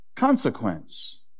Consequence